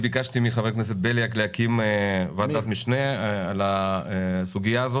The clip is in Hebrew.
מסיבה זו ביקשתי מחבר הכנסת בליאק להקים ועדת משנה לדיון בסוגיה.